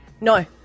no